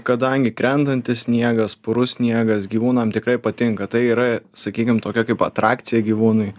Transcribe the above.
kadangi krentantis sniegas purus sniegas gyvūnam tikrai patinka tai yra sakykim tokia kaip atrakcija gyvūnui